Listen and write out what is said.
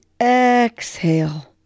exhale